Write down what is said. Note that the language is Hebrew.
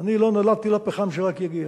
אני לא נולדתי לפחם שרק יגיע,